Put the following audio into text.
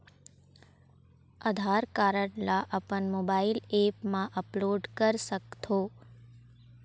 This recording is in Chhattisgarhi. आधार कारड ला अपन मोबाइल ऐप मा अपलोड कर सकथों?